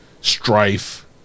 strife